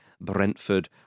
Brentford